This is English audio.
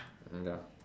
mm ya